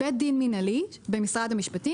בית דין מנהלי במשרד המשפטים.